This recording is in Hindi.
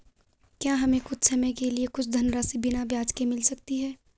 क्या हमें कुछ समय के लिए कुछ धनराशि बिना ब्याज के मिल सकती है?